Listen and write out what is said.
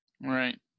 right